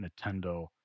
Nintendo